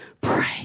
Pray